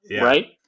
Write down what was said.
right